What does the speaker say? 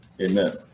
Amen